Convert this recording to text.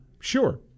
Sure